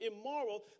immoral